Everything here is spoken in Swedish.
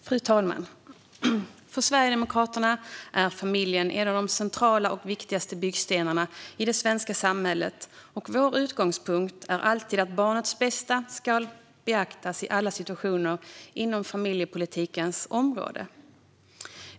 Fru talman! För Sverigedemokraterna är familjen en av de centrala och viktigaste byggstenarna i det svenska samhället. Vår utgångspunkt är alltid att barnets bästa ska beaktas i alla situationer inom familjepolitikens område.